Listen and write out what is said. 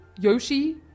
Yoshi